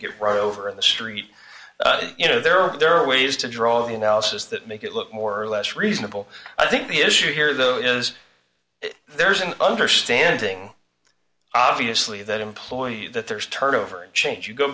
get run over in the street you know there are there are ways to draw analysis that make it look more or less reasonable i think the issue here though is there's an understanding obviously that employee that there is turnover and change you go